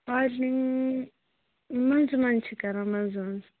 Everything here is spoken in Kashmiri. آرجِنِنٛگ منٛزٕ منٛزٕ چھِ کران منٛزٕ منٛزٕ